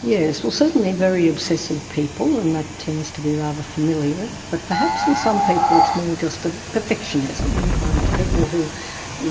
yes, well certainly very obsessive people, and that tends to be rather familial. but perhaps in some people it's more just ah perfectionism, and you find that people who